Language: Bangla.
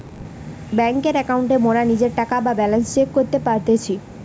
বেংকের একাউন্টে মোরা নিজের টাকা বা ব্যালান্স চেক করতে পারতেছি